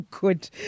good